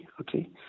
okay